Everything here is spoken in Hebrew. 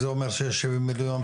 זה אומר שיש שבעים מיליון,